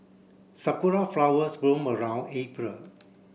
Sakura flowers bloom around April